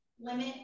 limit